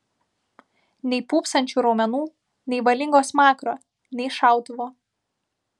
nei pūpsančių raumenų nei valingo smakro nei šautuvo